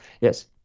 yes